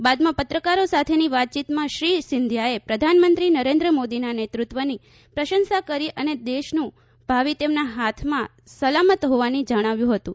બાદમાં પત્રકારો સાથેની વાતચીતમાં શ્રી સિંધિયાએ પ્રધાનમંત્રી નરેન્દ્ર મોદીના નેતૃત્વની પ્રશંસા કરી અને દેશનું ભાવિ તેમના હાથમાં સલામત હોવાનું જણાવ્યું હતું